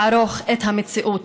לערוך את המציאות.